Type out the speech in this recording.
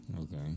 Okay